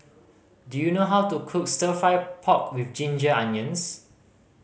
do you know how to cook Stir Fry pork with ginger onions